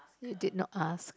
you did not ask